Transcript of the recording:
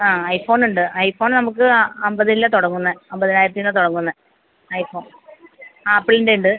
ആ ഐഫോണ് ഉണ്ട് ഐഫോൺ നമുക്ക് ആ അമ്പതിലാ തുടങ്ങുന്നത് അമ്പതിനായിരത്തിൽനിന്നാണ് തുടങ്ങുന്നത് ഐഫോൺ ആപ്പിൾൻ്റെ ഉണ്ട്